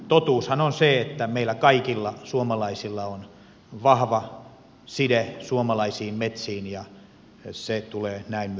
totuushan on se että meillä kaikilla suomalaisilla on vahva side suomalaisiin metsiin ja se tulee näin myös olemaan